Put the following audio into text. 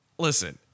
listen